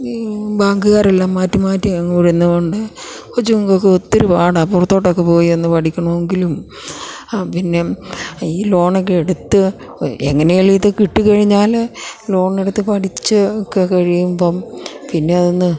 ഈ ബാങ്കുകാരെല്ലാം മാറ്റി മാറ്റിയങ്ങ് വരുന്നതുകൊണ്ട് കൊച്ചുങ്ങള്ക്കൊക്കെ ഒത്തിരി പാടാണ് പുറത്തേക്കൊക്കെ പോയി ഒന്ന് പഠിക്കണമെങ്കിലും പിന്നെ ഈ ലോണൊക്കെയെടുത്ത് എങ്ങനെയെങ്കിലും ഇത് കിട്ടിക്കഴിഞ്ഞാല് ലോണെടുത്ത് പഠിച്ചൊക്കെ കഴിയുമ്പോള് പിന്നെ അതൊന്ന്